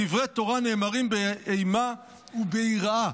דברי תורה נאמרים באימה וביראה.